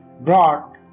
brought